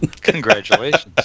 Congratulations